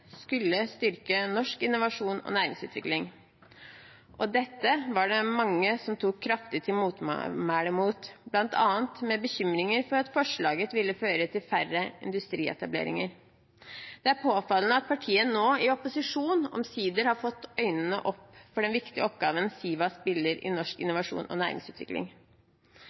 skulle styrke norsk innovasjon og næringsutvikling. Dette var det mange som tok kraftig til motmæle mot, bl.a. med bekymringer for at forslaget ville føre til færre industrietableringer. Det er påfallende at partiet nå, i opposisjon, omsider har fått øynene opp for den viktige rollen Siva spiller i norsk innovasjon og næringsutvikling.